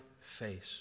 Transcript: face